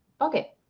okay